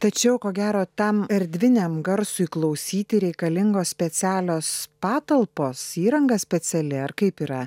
tačiau ko gero tam erdviniam garsui klausyti reikalingos specialios patalpos įranga speciali ar kaip yra